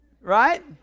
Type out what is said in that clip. Right